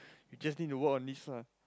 you just need to work on this lah